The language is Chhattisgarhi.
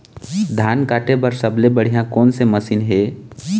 धान काटे बर सबले बढ़िया कोन से मशीन हे?